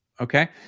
okay